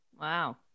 Wow